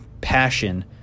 passion